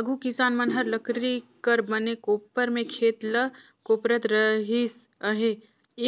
आघु किसान मन हर लकरी कर बने कोपर में खेत ल कोपरत रिहिस अहे,